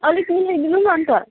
अलिक मिलाइदिनु न अन्त